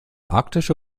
arktische